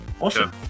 Awesome